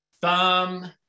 thumb